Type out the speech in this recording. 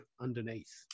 underneath